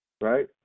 right